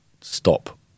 stop